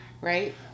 Right